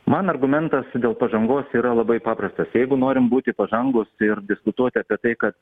man argumentas dėl pažangos yra labai paprastas jeigu norim būti pažangūs ir diskutuoti apie tai kad